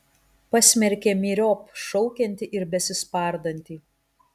pasmerkė myriop šaukiantį ir besispardantį